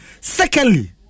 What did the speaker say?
Secondly